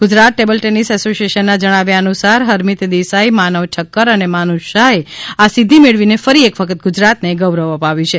Gujarat table tennis એસોસિએશનના જણાવ્યા અનુસાર હરમિત દેસાઇ માનવ ઠક્કર અને માનુષ શાહે આ સિઘ્ઘિ મેળવીને ફરી એક વખત ગુજરાતને ગૌરવ અપાવ્યું છે